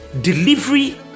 delivery